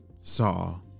saw